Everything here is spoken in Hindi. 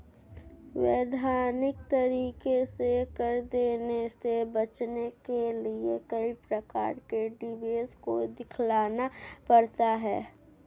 वैधानिक तरीके से कर देने से बचने के लिए कई प्रकार के निवेश को दिखलाना पड़ता है